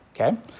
okay